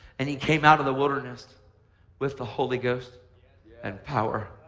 and he came out of the wilderness with the holy ghost and power.